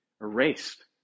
erased